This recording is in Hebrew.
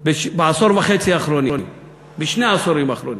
בעשור וחצי האחרון, בשני העשורים האחרונים,